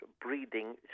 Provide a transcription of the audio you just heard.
breathing